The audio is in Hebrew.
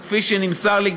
וכפי שגם נמסר לי,